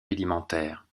rudimentaires